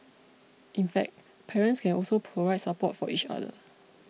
in fact parents can also provide support for each other